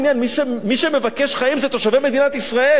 מי שמבקש חיים זה תושבי מדינת ישראל,